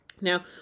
now